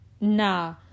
nah